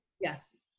Yes